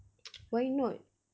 why not